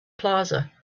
plaza